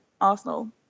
Arsenal